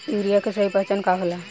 Urea के सही पहचान का होला?